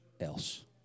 else